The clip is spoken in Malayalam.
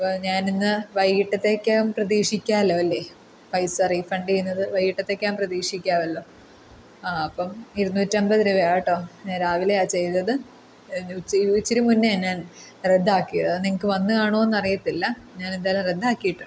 അപ്പോൾ ഞാനിന്ന് വൈകിട്ടത്തേക്കകം പ്രതീക്ഷിക്കാമല്ലോ അല്ലേ പൈസ റീഫണ്ട് ചെയ്യുന്നത് വൈകിട്ടത്തേക്ക് ഞാൻ പ്രതീക്ഷിക്കാമല്ലോ ആ അപ്പം ഇരുന്നൂറ്റമ്പത് രൂപയാ കേട്ടോ ഞാൻ രാവിലെയാ ചെയ്തത് ഇച്ചിരി മുന്നെയാ ഞാൻ റദ്ദാക്കിയത് അത് നിങ്ങൾക്ക് വന്ന് കാണുമോ എന്നറിയത്തില്ല ഞാൻ എന്തായാലും റദ്ദാക്കിയിട്ടുണ്ട്